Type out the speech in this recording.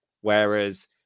whereas